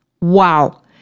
Wow